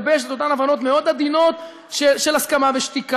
הוא פוגע ביכולת שלנו לגבש את אותן הבנות מאוד עדינות של הסכמה בשתיקה,